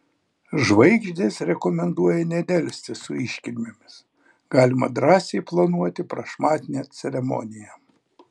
žvaigždės rekomenduoja nedelsti su iškilmėmis galima drąsiai planuoti prašmatnią ceremoniją